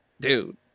dude